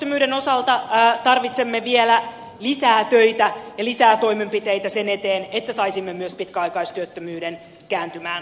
pitkäaikaistyöttömyyden osalta tarvitsemme vielä lisää töitä ja lisää toimenpiteitä sen eteen että saisimme myös pitkäaikaistyöttömyyden kääntymään